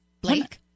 Blake